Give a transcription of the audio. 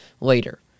later